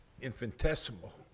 infinitesimal